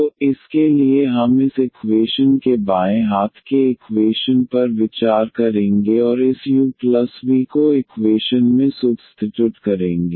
तो इसके लिए हम इस इकवेशन के बाएं हाथ के इकवेशन पर विचार करेंगे और इस u v को इक्वेशन में सुब्स्तिटुट करेंगे